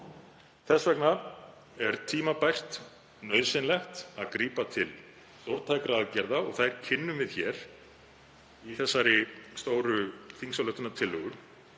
Þess vegna er tímabært og nauðsynlegt að grípa til róttækra aðgerða og þær kynnum við hér í þessari stóru þingsályktunartillögu